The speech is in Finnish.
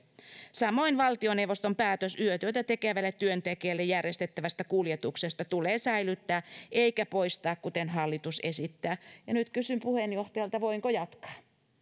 samoin valtioneuvoston päätös yötyötä tekevälle työntekijälle järjestettävästä kuljetuksesta tulee säilyttää eikä poistaa kuten hallitus esittää ja nyt kysyn puheenjohtajalta voinko jatkaa